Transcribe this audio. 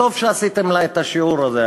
טוב שעשיתם לה את השיעור הזה.